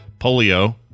Polio